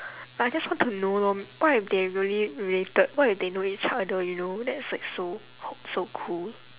like I just want to know lor what if they really related what if they know each other you know that's like so c~ so cool